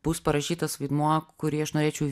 bus parašytas vaidmuo kurį aš norėčiau